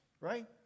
right